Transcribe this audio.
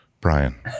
Brian